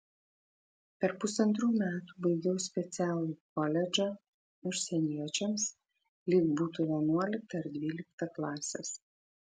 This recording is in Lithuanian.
per pusantrų metų baigiau specialų koledžą užsieniečiams lyg būtų vienuolikta ir dvylikta klasės